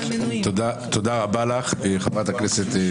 תודה רבה לך, חברת הכנסת.